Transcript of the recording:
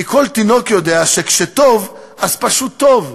כי כל תינוק יודע שכשטוב אז פשוט טוב,